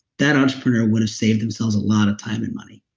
that entrepreneur would have saved themselves a lot of time and money